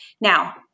Now